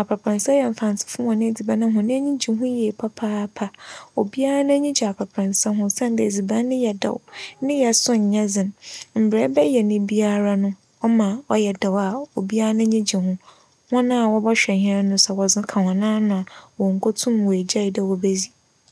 apapransa yɛ Mfantsefo hͻn edziban a hͻn enyi gye ho yie papaapa. Obiara n'enyi gye apapransa ho osiandɛ edziban no yɛ dɛw, ne yɛ so nnyɛ dzen. Mbrɛ ebɛyɛ no biara no ͻma ͻyɛ dɛw a obiara n'enyi gye ho. Hͻn a wͻbͻhwɛ hɛn no, sɛ wͻdze ka hͻn ano, wonnkotum woegyae dɛ wobedzi.